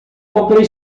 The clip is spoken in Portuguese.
comprei